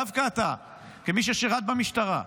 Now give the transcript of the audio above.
דווקא אתה, כמי ששירת במשטרה,